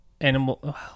animal